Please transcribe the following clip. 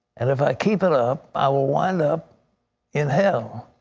and if i keep it up, i will wind up in hell.